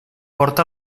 porta